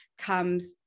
comes